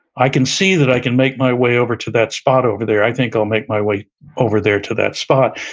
i can see that i can make my way over to that spot over there. i think i'll make my way over there to that spot,